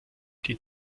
die